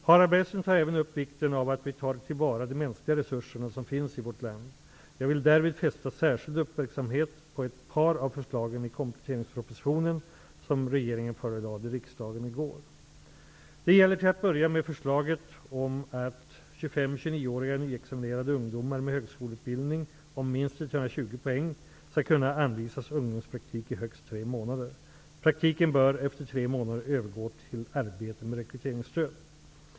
Harald Bergström tar även upp vikten av att vi tar till vara de mänskliga resurser som finns i vårt land. Jag vill därvid fästa särskild uppmärksamhet på ett par av förslagen i den kompletteringsproposition som regeringen förelade riksdagen i går. Det gäller till att börja med förslaget om att 25--29 Praktiken bör efter tre månader övergå till arbete med rekryteringsstöd.